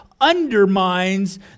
undermines